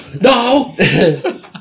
no